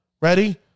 Ready